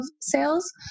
sales